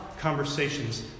conversations